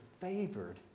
favored